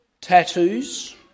tattoos